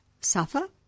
suffer